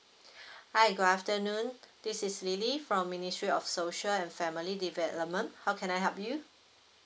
hi good afternoon this is lily from ministry of social and family development how can I help you